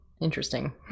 interesting